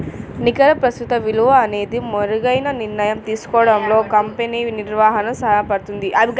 నికర ప్రస్తుత విలువ అనేది మెరుగైన నిర్ణయం తీసుకోవడంలో కంపెనీ నిర్వహణకు సహాయపడుతుంది